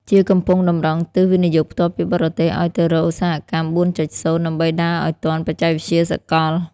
ជាកំពុងតម្រង់ទិស វិនិយោគផ្ទាល់ពីបរទេស ឱ្យទៅរក "ឧស្សាហកម្ម ៤.០" ដើម្បីដើរឱ្យទាន់បច្ចេកវិទ្យាសកល។